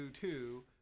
two